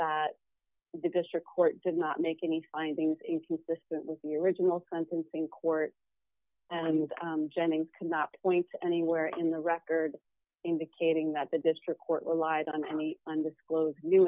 that the district court did not make any findings inconsistent with the original sentencing court and jennings cannot point to anywhere in the record indicating that the district court relied on any undisclosed new